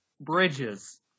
Bridges